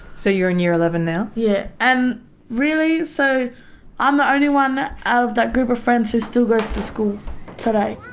so you're in year eleven now? yeah. and really? so i'm the only one of that group of friends who still goes to school today.